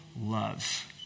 love